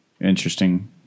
interesting